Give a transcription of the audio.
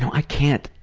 i can't.